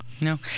No